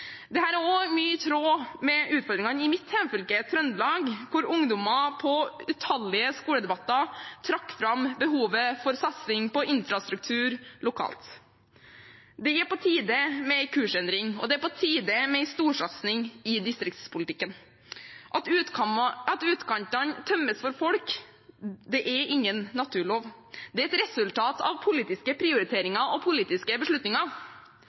er også mye i tråd med utfordringene i mitt hjemfylke, Trøndelag, hvor ungdommer på utallige skoledebatter trakk fram behovet for satsing på infrastruktur lokalt. Det er på tide med en kursendring, og det er på tide med en storsatsing i distriktspolitikken. At utkantene tømmes for folk, er ingen naturlov, det er et resultat av politiske prioriteringer og politiske beslutninger.